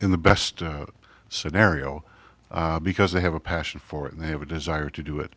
in the best scenario because they have a passion for it and they have a desire to do it